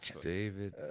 David